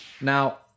Now